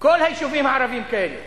כל היישובים הערביים כאלה,